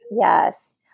yes